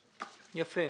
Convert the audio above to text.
יפה.